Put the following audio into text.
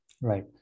Right